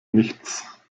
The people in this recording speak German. nichts